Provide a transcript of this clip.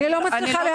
אני לא מצליחה להבין.